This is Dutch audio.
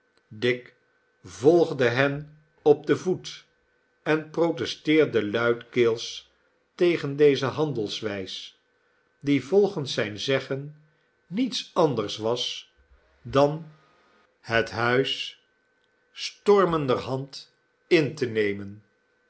dick volgde hen op den voet en protesteerde luidkeels tegen deze handelwijs die volgens zijn zeggen niets anders was dan vbeemd gedrag van den commensaal het huis stormenderhand in te nemen